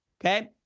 okay